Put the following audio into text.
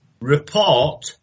report